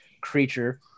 creature